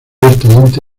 abiertamente